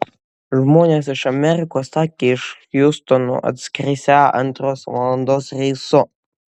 žmonės iš amerikos sakė iš hjustono atskrisią antros valandos reisu